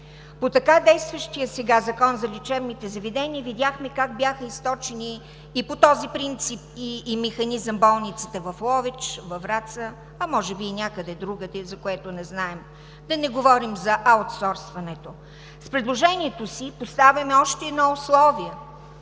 По така действащия сега Закон за лечебните заведения видяхме как бяха източени и по този принцип и механизъм болницата в Ловеч, във Враца, а може би и някъде другаде, за което не знаем. Да не говорим за аутсорсването. С предложението си поставяме още едно условие